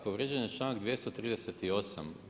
Povrijeđen je članak 238.